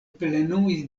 plenumis